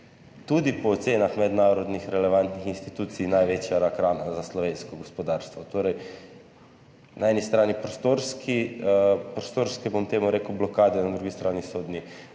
tudi po ocenah mednarodnih relevantnih institucij največja rak rana za slovensko gospodarstvo. Torej, na eni strani prostorske blokade, bom temu tako rekel, na drugi strani sodni